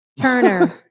Turner